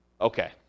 okay